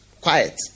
quiet